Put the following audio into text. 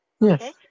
Yes